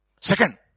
Second